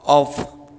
off